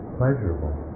pleasurable